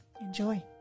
Enjoy